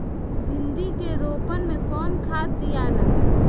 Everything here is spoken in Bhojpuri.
भिंदी के रोपन मे कौन खाद दियाला?